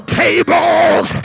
tables